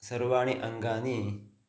सर्वाणि अङ्गानि